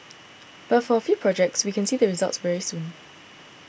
but for a few projects we can see the results very soon